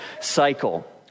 cycle